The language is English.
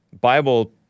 Bible